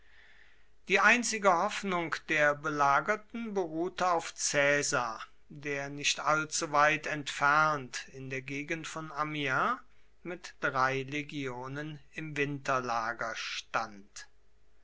die einzige hoffnung der belagerten beruhte auf caesar der nicht allzuweit entfernt in der gegend von amiens mit drei legionen im winterlager stand